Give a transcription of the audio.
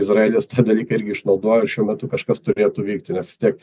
izraelis tą dalyką irgi išnaudojo ir šiuo metu kažkas turėtų vykti nes vis tiek